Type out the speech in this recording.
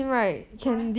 why